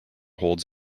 holds